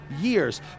years